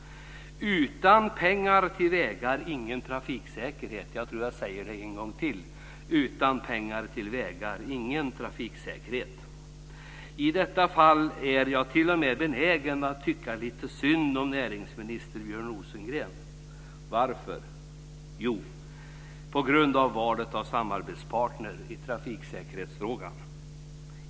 Utan pengar till vägar ingen trafiksäkerhet. Jag tror att jag säger det en gång till: Utan pengar till vägar ingen trafiksäkerhet. I detta fall är jag t.o.m. benägen att tycka lite synd om näringsminister Björn Rosengren. Varför? Jo, på grund av valet av samarbetspartner i trafiksäkerhetsfrågan.